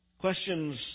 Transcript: Questions